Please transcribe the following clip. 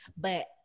but-